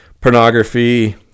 pornography